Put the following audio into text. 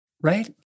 Right